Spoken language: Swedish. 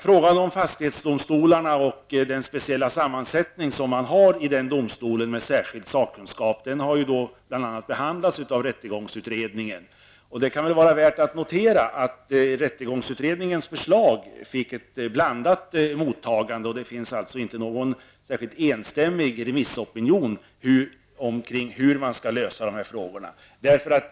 Frågan om fastighetsdomstolarna och den speciella sammansättningen i dessa domstolar med särskild sakkunskap har behandlats bl.a. av rättegångsutredningen. Det kan väl vara värt att notera att rättegångsutredningens förslag fick ett blandat mottagande och att det alltså inte finns någon särskilt enstämmig remissopinion omkring hur man skall lösa dessa frågor.